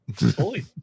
Holy